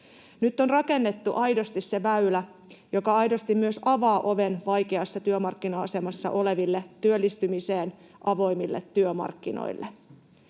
Nyt on rakennettu aidosti se väylä, joka aidosti myös avaa oven vaikeassa työmarkkina-asemassa oleville työllistymiseen avoimille työmarkkinoille.